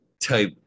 type